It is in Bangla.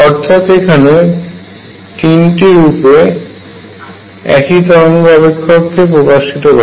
অর্থাৎ এখানে তিনটি রূপে একই তরঙ্গ অপেক্ষক কে প্রকাশ করা হয়